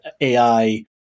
AI